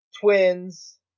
Twins